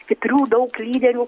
stiprių daug lyderių